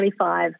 25